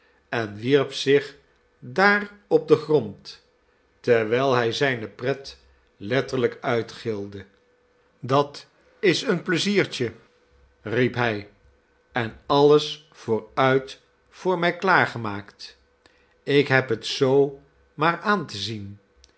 en wierp zich daar op den grond terwijl hij zijne pret letterlijk uitgilde dat is een pleiziertje i riep hij en alles vooruit voor mij klaargemaakt ik heb het zoo maar aan te zien